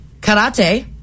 Karate